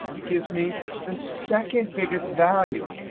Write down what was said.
it gives me the second-biggest value.